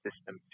system